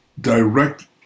direct